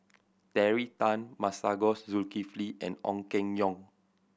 Terry Tan Masagos Zulkifli and Ong Keng Yong